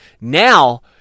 Now